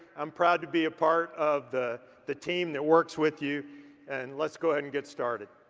i'm proud to be a part of the the team that works with you and let's go ahead and get started.